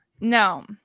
No